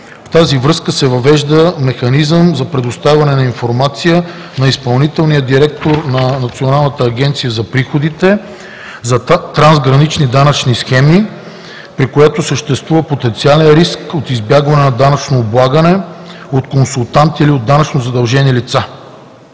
В тази връзка се въвежда механизъм за предоставяне на информация на изпълнителния директор на Националната агенция за приходите за трансгранични данъчни схеми, при които съществува потенциален риск от избягване на данъчно облагане, от консултанти или данъчно задължени лица.